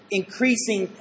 increasing